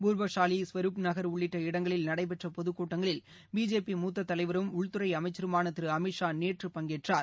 பூர்பஷாரி ஸ்வெருப் நகர் உள்ளிட்ட இடங்களில் நடைபெற்றபொதுக் கூட்டங்களில் பிஜேபி மூத்ததலைவரும் உள்துறைஅமைச்சருமானதிருஅமித் ஷா நேற்று பங்கேற்றார்